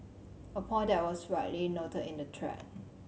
a point that was rightly noted in the